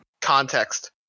context